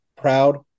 proud